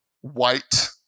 white